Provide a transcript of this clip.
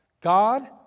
God